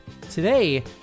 Today